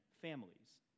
families